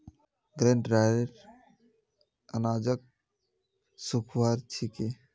grain dryer अनाजक सुखव्वार छिके